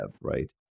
right